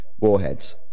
warheads